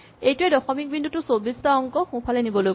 এইটোৱে দশমিক বিন্দু টো ২৪ টা অংক সোঁফালে নিবলৈ কৈছে